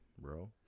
bro